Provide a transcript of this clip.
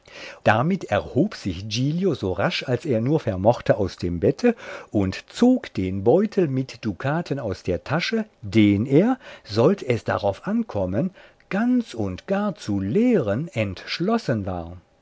damit erhob sich giglio so rasch als er es nur vermochte aus dem bette und zog den beutel mit dukaten aus der tasche den er sollt es darauf ankommen ganz und gar zu leeren entschlossen war